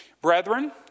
Brethren